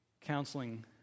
Counseling